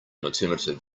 alternative